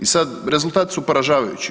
I sad rezultati su poražavajući.